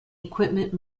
equipment